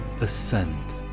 ascend